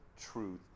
truth